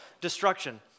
destruction